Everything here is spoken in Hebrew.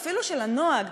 ואפילו של הנוהג.